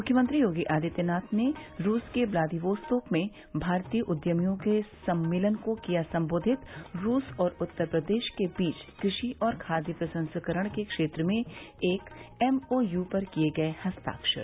मुख्यमंत्री योगी आदित्यनाथ ने रूस के व्लादिवोस्तोक में भारतीय उद्यमियों के सम्मेलन को किया सम्बोधित रूस और उत्तर प्रदेश के बीच कृषि और खाद्य प्रसंस्करण के क्षेत्र में एक एमओयू पर किये गये हस्ताक्षर